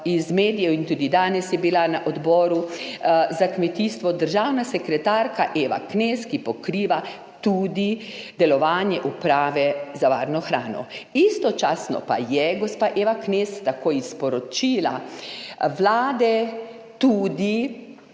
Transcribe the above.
iz medijev, in tudi danes je bila na odboru za kmetijstvo državna sekretarka Eva Knez, ki pokriva tudi delovanje uprave za varno hrano. Istočasno pa je gospa Eva Knez, tako iz poročila Vlade, tudi